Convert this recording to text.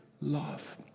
love